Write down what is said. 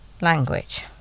language